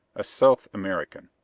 a south american.